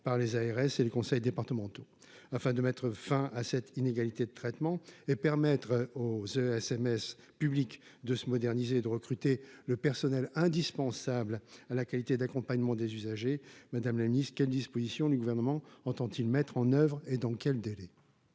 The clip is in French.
par les ARS et les conseils départementaux afin de mettre fin à cette inégalité de traitement et permettre aux ce SMS public de se moderniser, de recruter le personnel indispensable à la qualité d'accompagnement des usagers Madame la Ministre quelles dispositions du gouvernement entend-il, mettre en oeuvre et dans quel délai.